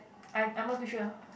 I I'm not too sure